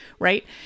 right